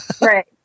Right